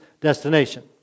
destination